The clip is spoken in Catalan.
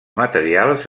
materials